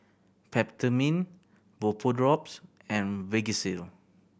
Peptamen Vapodrops and Vagisil